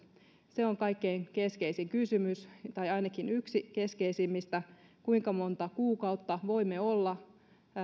se on kaikkein keskeisin kysymys tai ainakin yksi keskeisimmistä kuinka monta kuukautta voimme olla